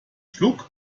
schluck